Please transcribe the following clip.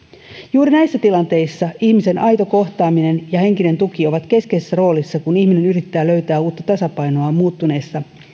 juuri näissä tilanteissa ihmisen aito kohtaaminen ja henkinen tuki ovat keskeisessä roolissa kun ihminen yrittää löytää uutta tasapainoa muuttuneen